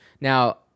Now